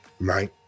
right